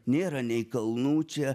nėra nei kalnų čia